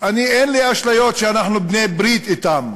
שאין לי אשליות שאנחנו בעלי-ברית שלהם,